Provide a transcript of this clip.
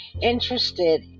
interested